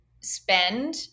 spend